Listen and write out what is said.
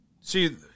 see